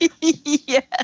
Yes